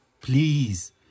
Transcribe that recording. Please